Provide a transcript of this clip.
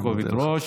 בכובד ראש.